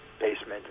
basement